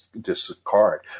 discard